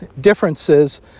differences